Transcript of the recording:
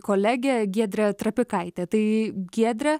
kolegė giedrė trapikaitė tai giedre